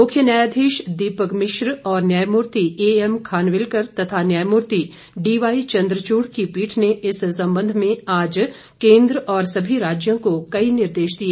मुख्य न्यायाधीश दीपक मिश्र और न्यायमूर्ति एएम खानविलकर तथा न्यायमूर्ति डीवाई चंद्रचूड़ की पीठ ने इस संबंध में आज केन्द्र और सभी राज्यों को कई निर्देश दिए